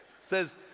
says